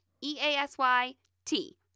E-A-S-Y-T